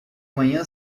manhã